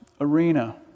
arena